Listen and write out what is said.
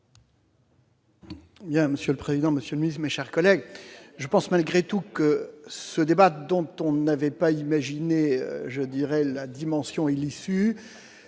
monsieur le président Monsieur mise, mes chers collègues, je pense malgré tout que ce débat dont on n'avait pas imaginé, je dirais, la dimension et l'issue